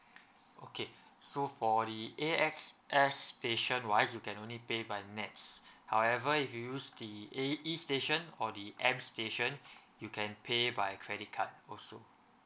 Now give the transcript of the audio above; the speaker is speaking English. okay so for the A_X_S station wise you can only pay by NETS however if you use the eh E station or the M station you can pay by credit card also